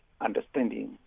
understanding